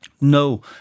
No